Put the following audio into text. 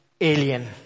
alien